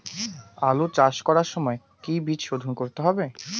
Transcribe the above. আলু চাষ করার সময় কি বীজ শোধন করতে হবে?